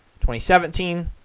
2017